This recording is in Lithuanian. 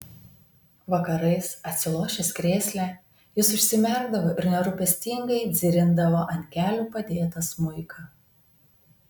vakarais atsilošęs krėsle jis užsimerkdavo ir nerūpestingai dzirindavo ant kelių padėtą smuiką